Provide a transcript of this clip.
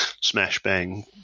smash-bang